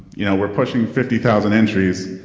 you know we're pushing fifty thousand entries.